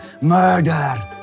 murder